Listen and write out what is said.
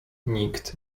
nikt